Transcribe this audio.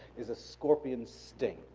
is a scorpion sting.